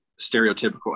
stereotypical